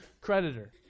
creditor